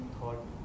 thought